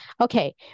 okay